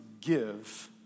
give